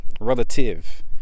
relative